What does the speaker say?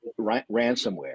ransomware